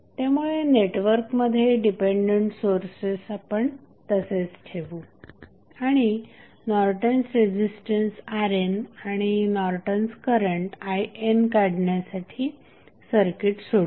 त्यामुळे नेटवर्कमध्ये dependent sources आपण तसेच ठेवू आणि नॉर्टन्स रेझिस्टन्स RNआणि नॉर्टन्स करंट INकाढण्यासाठी सर्किट सोडवू